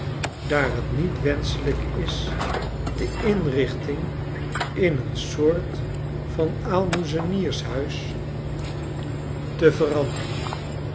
daar t niet wenschelijk is de inrichting ia een soort van aalmoezeniershuis te veranderen